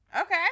Okay